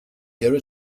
here